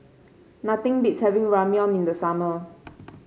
nothing beats having Ramyeon in the summer